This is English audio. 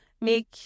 make